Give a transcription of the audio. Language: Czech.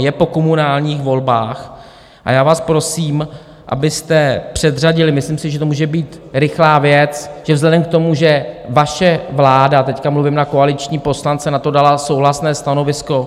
Je po komunálních volbách a já vás prosím, abyste předřadili myslím si, že to může být rychlá věc, protože vzhledem k tomu, že vaše vláda teď mluvím na koaliční poslance na to dala souhlasné stanovisko.